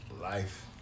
Life